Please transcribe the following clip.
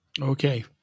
Okay